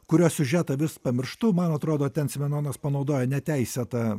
kurio siužetą vis pamirštu man atrodo ten simenonas panaudojo neteisėtą